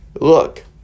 look